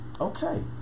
okay